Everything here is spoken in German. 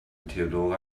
theodora